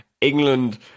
England